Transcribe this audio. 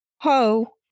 ho